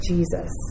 Jesus